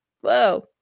whoa